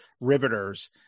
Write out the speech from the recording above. Riveters